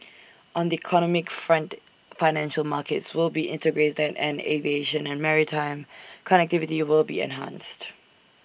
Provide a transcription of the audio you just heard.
on the economic front financial markets will be integrated and aviation and maritime connectivity will be enhanced